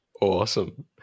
Awesome